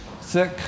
sick